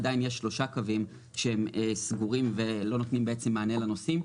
אבל עדיין יש שלושה קווים שהם סגורים ולא נותנים מענה לנוסעים.